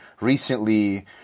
recently